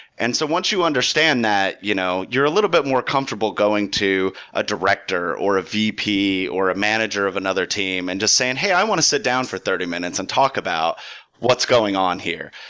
and so once you understand that, you know you're a little bit more comfortable going to a director, or a vp, or a manager of another team and just saying, hey, i want to sit down for thirty minutes and talk about what's going on here.